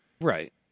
Right